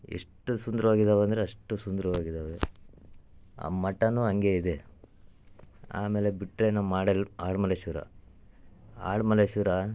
ಎಷ್ಟು ಸುಂದ್ರವಾಗಿದಾವೆ ಅಂದರೆ ಅಷ್ಟು ಸುಂದರವಾಗಿದಾವೆ ಆ ಮಠನೂ ಹಂಗೇ ಇದೆ ಆಮೇಲೆ ಬಿಟ್ಟರೆ ನಮ್ಮ ಆಡೆಲ್ ಆಡುಮಲ್ಲೇಶ್ವರ ಆಡುಮಲ್ಲೇಶ್ವರ